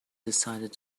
decided